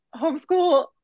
homeschool